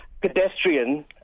pedestrian